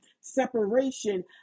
separation